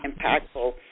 impactful